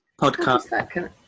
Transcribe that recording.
podcast